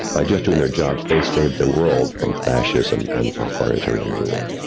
by just doing their jobs, they saved the world from fascism and authoritarian rule.